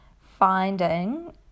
finding